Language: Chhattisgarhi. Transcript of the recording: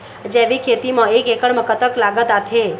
जैविक खेती म एक एकड़ म कतक लागत आथे?